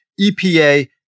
EPA